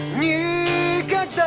me